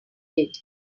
did